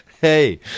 Hey